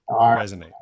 resonate